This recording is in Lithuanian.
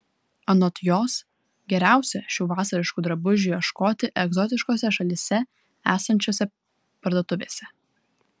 anot jos geriausia šių vasariškų drabužių ieškoti egzotiškose šalyse esančiose parduotuvėse